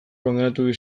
kondenatu